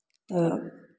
तऽ